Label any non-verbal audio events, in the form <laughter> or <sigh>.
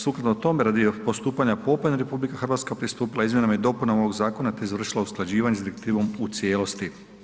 Sukladno tome radi postupanja ... <unintelligible> RH pristupila je izmjenama i dopunama ovog zakona te izvršila usklađivanje s direktivom u cijelosti.